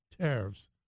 tariffs